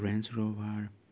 Range Rover